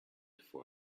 for